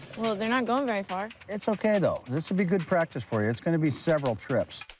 well, they're not going very far. it's okay though. this would be good practice for you. it's gonna be several trips.